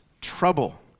trouble